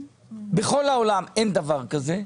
בכל העולם אין דבר כזה.